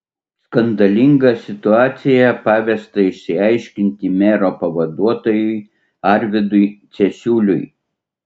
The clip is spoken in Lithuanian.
skandalingą situaciją pavesta išsiaiškinti mero pavaduotojui arvydui cesiuliui